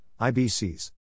IBCs